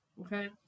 Okay